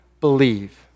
believe